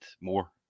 more